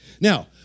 Now